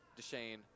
DeShane